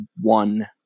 one